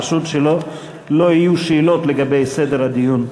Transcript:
פשוט שלא יהיו שאלות לגבי סדר הדיון מעכשיו.